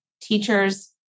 teachers